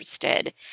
interested